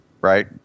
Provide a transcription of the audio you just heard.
right